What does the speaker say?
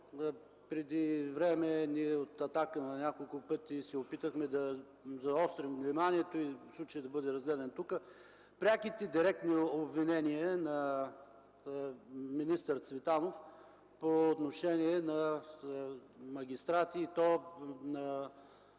преди време ние от „Атака” на няколко пъти се опитахме да заострим вниманието и той да бъде разгледан тук – преките директни обвинения на министър Цветанов по отношение на магистрати, и то на